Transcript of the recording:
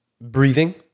breathing